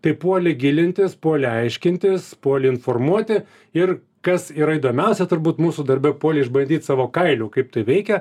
tai puolė gilintis puolė aiškintis puolė informuoti ir kas yra įdomiausia turbūt mūsų darbe puolė išbandyt savo kailiu kaip tai veikia